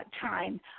time